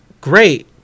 great